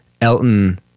Elton